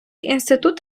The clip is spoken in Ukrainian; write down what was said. інститут